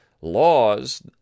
laws